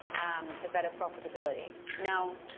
um the better profitability. now,